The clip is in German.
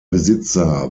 besitzer